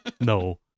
No